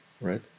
right